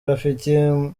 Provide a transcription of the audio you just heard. rafiki